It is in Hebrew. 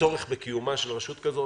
בצורך בקיומה של רשות כזו